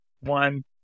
One